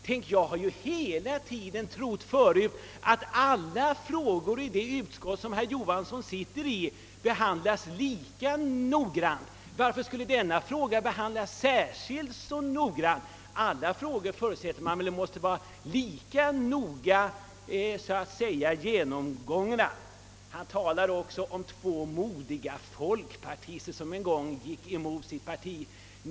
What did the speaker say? Tänk, jag hade alltid trott att samtliga frågor i det utskott där herr Johansson i Norrköping sitter behandlas lika omsorgsfullt! Varför skulle denna fråga behandlas särskilt noggrant? Jag har som sagt förutsatt att alla frågor blir lika noggrant genomgångna. Sedan talade herr Johansson också om två modiga folkpartister som en gång gick emot sitt parti.